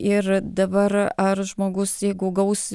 ir dabar ar žmogus jeigu gaus